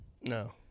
No